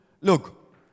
Look